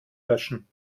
löschen